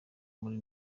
muri